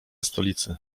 stolicy